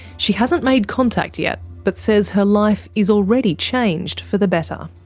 she hasn't made contact yet but says her life is already changed for the better.